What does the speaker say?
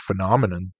phenomenon